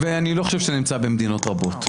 ואני לא חושב שנמצא במדינות רבות.